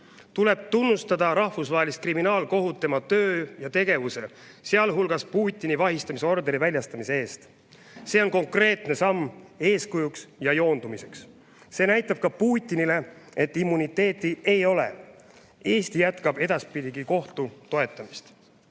Tuleb tunnustada Rahvusvahelist Kriminaalkohut tema töö ja tegevuse, sealhulgas Putini vahistamise orderi väljastamise eest. See on konkreetne samm, eeskujuks ja joondumiseks. See näitab ka Putinile, et immuniteeti ei ole. Eesti jätkab edaspidigi kohtu toetamist.